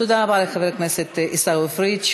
תודה רבה לחבר הכנסת עיסאווי פריג'.